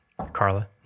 Carla